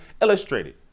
illustrated